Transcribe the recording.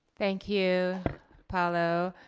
thank you paolo.